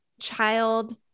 child